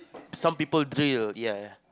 some people drill ya ya